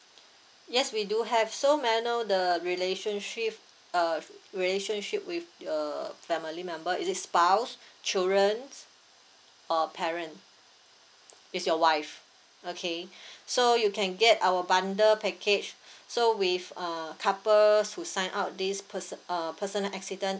yes we do have so may I know the relationship uh relationship with uh family member is it spouse childrens or parent it's your wife okay so you can get our bundle package so with uh couples who sign up this person~ uh personal accident